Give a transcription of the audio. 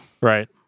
right